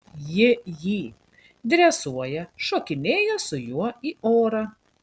ji jį dresuoja šokinėja su juo į orą